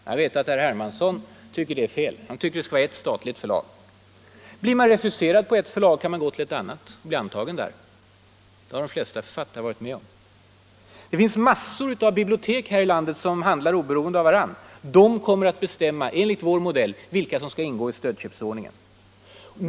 Jag vet att herr Hermansson tycker att det är fel; han vill att det skall vara ert statligt förlag. Blir man refuserad på ett förlag kan man i dag gå till ett annat och bli antagen där. Det har många författare varit med om. Det finns massor av bibliotek här i landet som handlar oberoende av varandra. De kommer att bestämma, enligt vår modell, vilka som skall ingå i stödköpsordningen.